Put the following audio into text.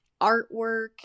artwork